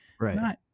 Right